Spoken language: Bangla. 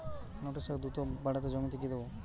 লটে শাখ দ্রুত বাড়াতে জমিতে কি দেবো?